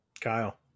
Kyle